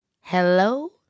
Hello